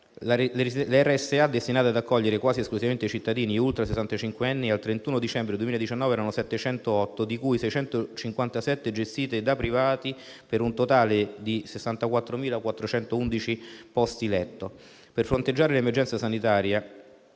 Le RSA destinate ad accogliere quasi esclusivamente cittadini ultrasessantacinquenni al 31 dicembre 2019 erano 708, di cui 657 gestite da privati, per un totale di 64.411 posti letto. Per fronteggiare l'emergenza sanitaria,